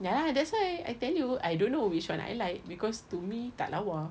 ya lah that's why I tell you I don't know which [one] I like because to me tak lawa